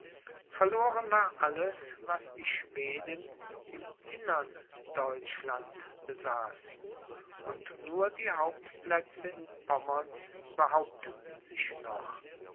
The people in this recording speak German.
verloren war alles was die schweden im innern deutschland besaßen und nur die hauptplätze in pommern behaupteten sich noch